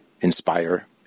inspire